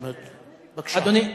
בבקשה.